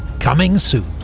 coming soon.